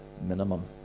minimum